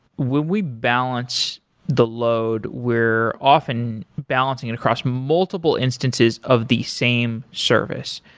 when we balance the load, we're often balancing it across multiple instances of the same service.